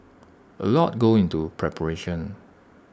A lot go into preparation